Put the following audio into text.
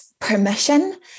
permission